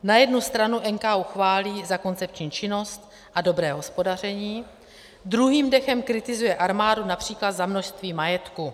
Na jednu stranu NKÚ chválí za koncepční činnost a dobré hospodaření, druhým dechem kritizuje armádu například za množství majetku.